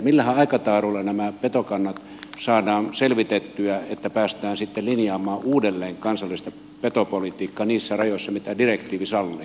millähän aikataululla nämä petokannat saadaan selvitettyä että päästään sitten linjaamaan uudelleen kansallista petopolitiikkaa niissä rajoissa mitä direktiivi sallii